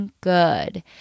good